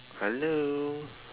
hello